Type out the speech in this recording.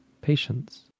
patience